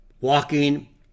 Walking